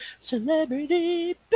Celebrity